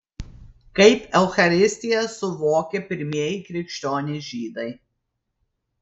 kaip eucharistiją suvokė pirmieji krikščionys žydai